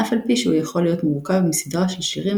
אף על פי שהוא יכול להיות מורכב מסדרה של שירים